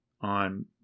on